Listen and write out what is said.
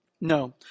No